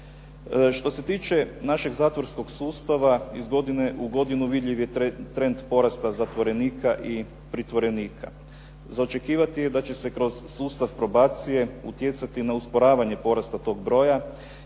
Što se tiče našeg zatvorskog sustava iz godine u godinu vidljiv je trend porasta zatvorenika i pritvorenika. Za očekivati je da će se kroz sustav probacije utjecati na usporavanje porasta tog broja